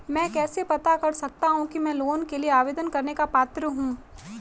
मैं कैसे पता कर सकता हूँ कि मैं लोन के लिए आवेदन करने का पात्र हूँ?